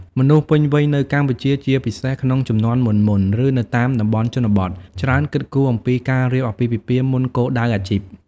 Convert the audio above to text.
មនុស្សពេញវ័យនៅកម្ពុជា ជាពិសេសក្នុងជំនាន់មុនៗ ឬនៅតាមតំបន់ជនបទ ច្រើនគិតគូរអំពីការរៀបអាពាហ៍ពិពាហ៍មុនគោលដៅអាជីព។